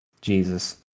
Jesus